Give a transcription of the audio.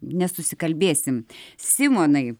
nesusikalbėsim simonai